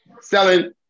selling